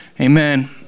Amen